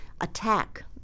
attack